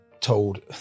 told